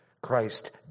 Christ